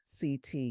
CT